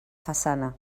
façana